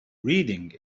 reading